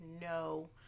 No